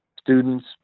students